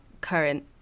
current